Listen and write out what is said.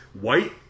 white